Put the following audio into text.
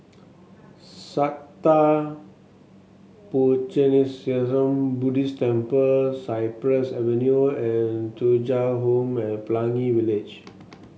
Sattha Puchaniyaram Buddhist Temple Cypress Avenue and Thuja Home at Pelangi Village